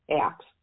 acts